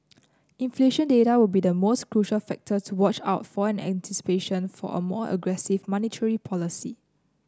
inflation data will be the most crucial factor to watch out for an anticipation of a more aggressive monetary policy